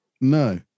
No